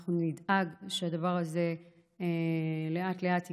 אנחנו נדאג שהדבר הזה לאט-לאט יקטן,